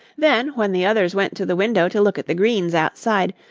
then, when the others went to the window to look at the green outside,